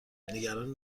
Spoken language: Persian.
نگران